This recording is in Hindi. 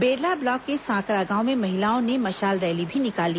बेरला ब्लॉक के सांकरा गांव में महिलाओं ने मशाल रैली भी निकाली